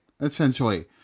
essentially